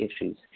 issues